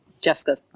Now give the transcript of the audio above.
Jessica